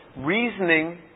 reasoning